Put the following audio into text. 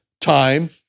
time